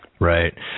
right